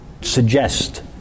suggest